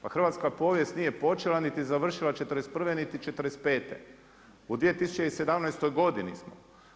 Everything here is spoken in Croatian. Pa hrvatska povijest nije počela niti završila '41. niti '45. u 2017. godini smo.